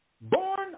born